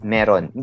Meron